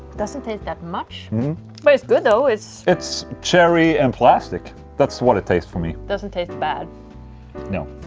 doesn't taste that much but it's good though, it's. it's cherry and plastic that's what it tastes for me doesn't taste bad no